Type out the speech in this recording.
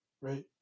right